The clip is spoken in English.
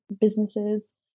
businesses